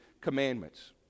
commandments